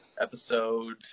episode